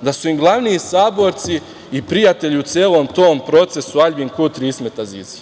da su im glavni saborci i prijatelji u celom tom procesu Aljbin Kurti i Ismet Azizi.